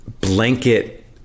blanket